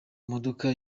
modoka